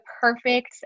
perfect